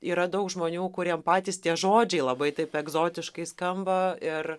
yra daug žmonių kuriem patys tie žodžiai labai taip egzotiškai skamba ir